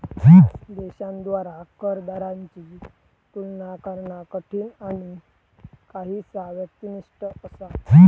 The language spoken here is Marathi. देशांद्वारा कर दरांची तुलना करणा कठीण आणि काहीसा व्यक्तिनिष्ठ असा